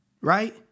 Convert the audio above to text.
Right